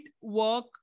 work